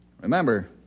Remember